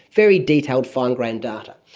very detailed fine-grained data,